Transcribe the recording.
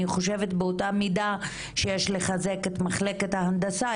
אני חושבת באותה מידע שיש לחזק את מחלקת ההנדסה,